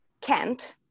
Kent